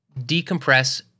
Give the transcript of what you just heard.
decompress